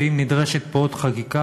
ואם נדרשת פה עוד חקיקה,